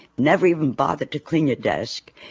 never even bothered to clean your desk,